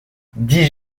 dix